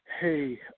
Hey